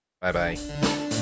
Bye-bye